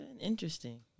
interesting